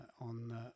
on